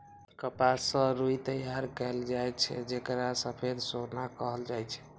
कपास सं रुई तैयार कैल जाए छै, जेकरा सफेद सोना कहल जाए छै